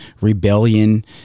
rebellion